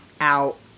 out